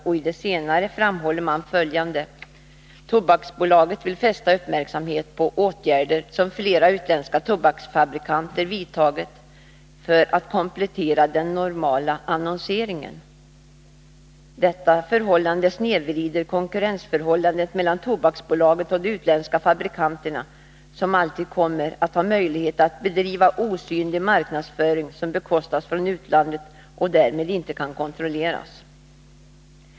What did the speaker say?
I det senare framhåller man följande: ”Tobaksbolaget vill fästa uppmärksamheten på åtgärder som flera utländska tobaksfabrikanter vidtagit för att komplettera den normala annonseringen.——- Detta förhållande snedvrider konkurrensförhållandet mellan Tobaksbolaget och de utländska fabrikanterna, som alltid kommer att ha möjligheter att bedriva osynlig marknadsföring som bekostas från utlandet och därmed inte kan kontrolleras.